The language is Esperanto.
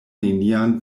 nenian